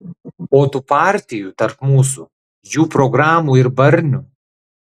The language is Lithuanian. o tų partijų tarp mūsų jų programų ir barnių